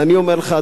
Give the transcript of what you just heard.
ואני אומר לך,